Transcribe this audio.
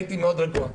הייתי מאוד רגוע.